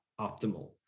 optimal